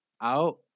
out